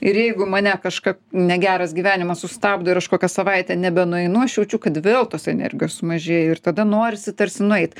ir jeigu mane kažka negeras gyvenimas sustabdo ir aš kokią savaitę nebenueinu aš jaučiu kad vėl tos energijos sumažėja ir tada norisi tarsi nueit